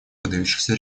выдающихся